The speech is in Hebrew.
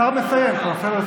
השר מסיים, תן לו לסיים.